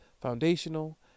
foundational